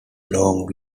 long